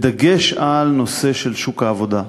בדגש על הנושא שוק העבודה,